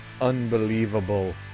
Unbelievable